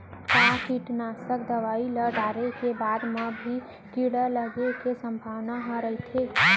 का कीटनाशक दवई ल डाले के बाद म भी कीड़ा लगे के संभावना ह रइथे?